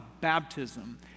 baptism